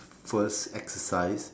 first exercise